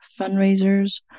fundraisers